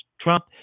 Trump